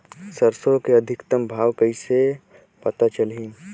सरसो के अधिकतम भाव कइसे पता चलही?